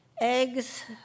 eggs